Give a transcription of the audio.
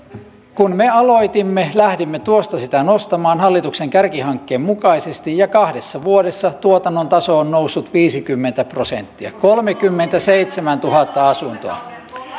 kun me aloitimme lähdimme tuosta sitä nostamaan hallituksen kärkihankkeen mukaisesti ja kahdessa vuodessa tuotannon taso on noussut viisikymmentä prosenttia kolmekymmentäseitsemäntuhatta asuntoa